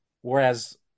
Whereas